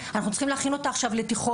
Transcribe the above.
אנחנו צריכים להכין אותה לתיכון.